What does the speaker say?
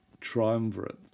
triumvirate